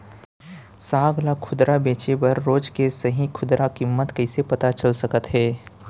साग ला खुदरा बेचे बर रोज के सही खुदरा किम्मत कइसे पता चल सकत हे?